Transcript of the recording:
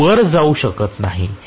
ते वर जाऊ शकत नाही